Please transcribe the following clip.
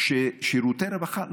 שבהן לא מפריטים שירותי רווחה.